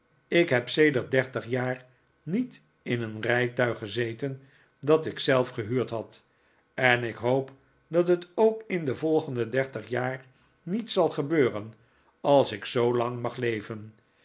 ik heb sedert dertig jaar niet in een rijtuig gezeten dat ik zelf gehuurd had en ik hoop dat het ook in de volgende dertig jaar niet zal gebeuren als ik zoolang mag leven